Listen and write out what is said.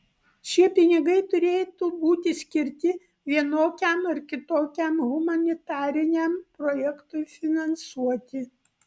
šie pinigai turėtų būti skirti vienokiam ar kitokiam humanitariniam projektui finansuoti